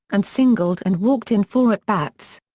and singled and walked in four at-bats.